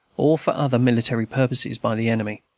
or for other military purposes, by the enemy.